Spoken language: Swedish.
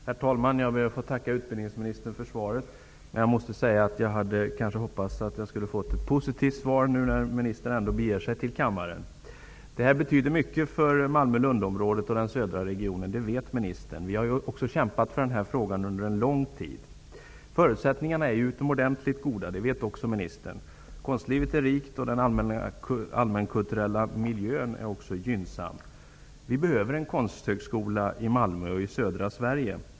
Herr talman! Jag ber att få tacka utbildningsministern för svaret. Men jag hade kanske hoppats på att få ett positivt svar när nu ministern ändå har begett sig till kammaren. Den här frågan betyder mycket för Malmö--Lundområdet och den södra regionen. Det vet ministern. Vi har kämpat för denna fråga under en lång tid. Förutsättningarna är utomordentligt goda. Det vet också ministern. Konstlivet är rikt, och den allmänkulturella miljön är också gynnsam. Det behövs en konsthögskola i Malmö och södra Sverige.